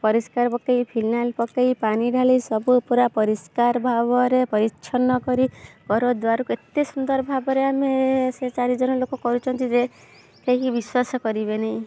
ପରିଷ୍କାର ପକାଇ ଫିନାଇଲ୍ ପକାଇ ପାଣି ଢାଳି ସବୁ ପୁରା ପରିଷ୍କାର ଭାବରେ ପରିଚ୍ଛନ୍ନ କରି ଘରଦ୍ୱାରକୁ ଏତେ ସୁନ୍ଦର ଭାବରେ ଆମେ ସେ ଚାରି ଜଣ ଲୋକ କରୁଛନ୍ତି ଯେ କେହି ବିଶ୍ୱାସ କରିବେନି